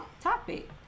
topic